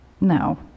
No